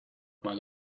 mal